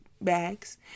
bags